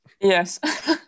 Yes